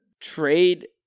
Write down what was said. trade